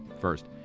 first